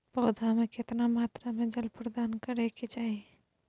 पौधा में केतना मात्रा में जल प्रदान करै के चाही?